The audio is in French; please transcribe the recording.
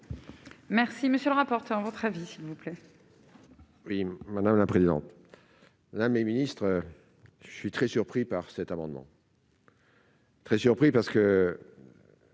Merci, monsieur le rapporteur, votre avis s'il vous plaît. Oui, madame la présidente, la ministre, je suis très surpris par cet amendement. Très surpris parce que.